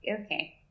okay